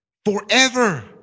Forever